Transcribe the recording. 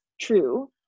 true